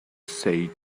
say